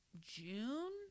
June